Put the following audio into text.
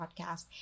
podcast